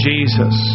Jesus